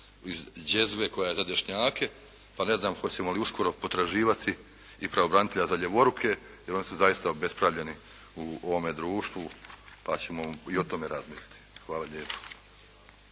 iz đžezve koja je za dešnjake, pa ne znam hoćemo li uskoro potraživati i pravobranitelja za ljevoruke, jer oni su zaista obespravljeni u ovome društvu, pa ćemo i o tome razmisliti. Hvala lijepo.